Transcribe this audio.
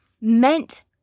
meant